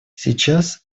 сейчас